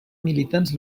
militants